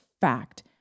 fact